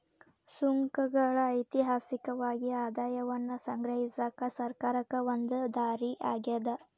ಸುಂಕಗಳ ಐತಿಹಾಸಿಕವಾಗಿ ಆದಾಯವನ್ನ ಸಂಗ್ರಹಿಸಕ ಸರ್ಕಾರಕ್ಕ ಒಂದ ದಾರಿ ಆಗ್ಯಾದ